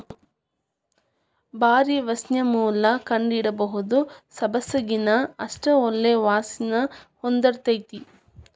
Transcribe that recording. ಬರಿ ವಾಸ್ಣಿಮ್ಯಾಲ ಕಂಡಹಿಡಿಬಹುದ ಸಬ್ಬಸಗಿನಾ ಅಷ್ಟ ಒಳ್ಳೆ ವಾಸ್ಣಿ ಹೊಂದಿರ್ತೈತಿ